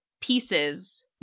pieces